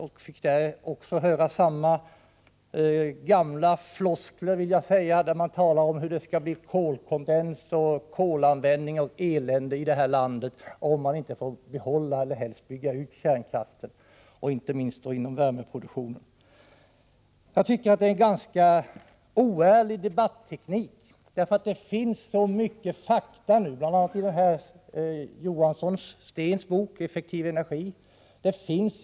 Då fick jag höra samma gamla floskler. Det talades om att det skulle bli kolanvändning, kolkondens och annat elände här i landet, om man inte fick behålla eller helst bygga ut kärnkraften, inte minst då inom värmeproduktionen. Jag tycker att detta är en ganska oärlig debatteknik, eftersom det ju finns så många fakta som pekar i annan riktning, bl.a. fakta i boken Effektiv energi av Sten Johansson.